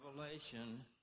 revelation